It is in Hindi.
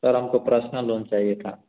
सर हमको पर्सनल लोन चाहिए था